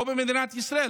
פה במדינת ישראל,